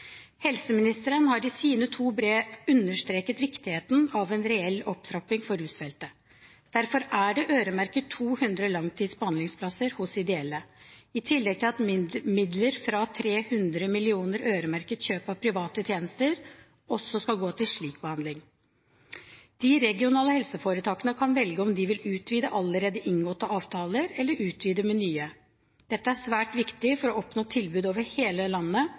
Helseministeren har i sine to brev understreket viktigheten av en reell opptrapping for rusfeltet. Derfor er det øremerket 200 langtids behandlingsplasser hos ideelle, i tillegg til at midler fra 300 mill. kr øremerket kjøp av private tjenester også skal gå til slik behandling. De regionale helseforetakene kan velge om de vil utvide allerede inngåtte avtaler, eller utvide med nye. Dette er svært viktig for å oppnå tilbud over hele landet